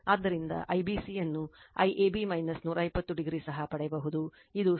ಆದ್ದರಿಂದ IBCಯನ್ನು IAB 120o ಸಹ ಪಡೆಯಬಹುದು